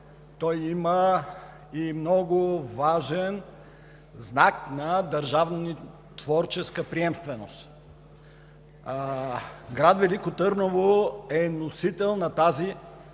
то има и много важен знак на държавнотворческа приемственост. Град Велико Търново е носител на тази